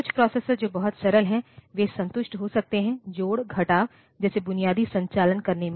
कुछ प्रोसेसर जो बहुत सरल हैं वे संतुष्ट हो सकते हैं जोड़ घटाव जैसे बुनियादी संचालन करने में